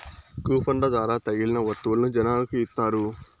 కూపన్ల ద్వారా తగిలిన వత్తువులను జనాలకి ఇత్తారు